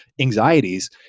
anxieties